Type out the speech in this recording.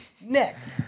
next